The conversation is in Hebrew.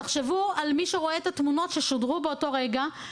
תחשבו על מי שרואה את התמונות ששודרו באותו רגע,